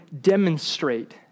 demonstrate